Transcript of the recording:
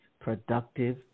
productive